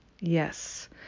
Yes